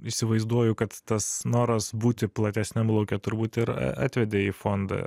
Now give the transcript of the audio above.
įsivaizduoju kad tas noras būti platesniam lauke turbūt ir atvedė į fondą